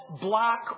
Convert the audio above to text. black